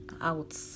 out